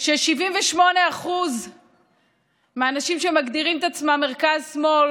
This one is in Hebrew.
ש-78% מהאנשים שמגדירים את עצמם מרכז-שמאל